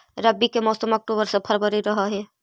रब्बी के मौसम अक्टूबर से फ़रवरी रह हे